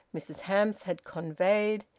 mrs hamps had conveyed,